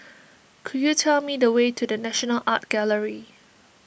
could you tell me the way to the National Art Gallery